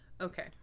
Okay